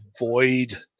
avoid